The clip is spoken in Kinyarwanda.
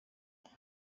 azi